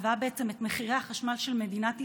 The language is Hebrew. שקבעה בעצם את מחירי החשמל של מדינת ישראל,